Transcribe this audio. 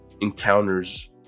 encounters